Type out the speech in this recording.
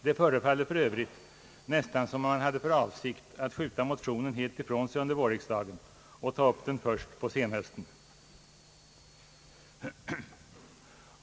Det förefaller för övrigt nästan som om man hade för avsikt att skjuta motionen helt ifrån sig under vårriksdagen och ta upp den först på senhösten.